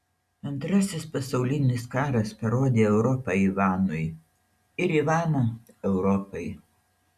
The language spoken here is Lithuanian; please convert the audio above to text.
antrasis pasaulinis karas parodė europą ivanui ir ivaną europai